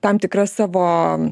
tam tikras savo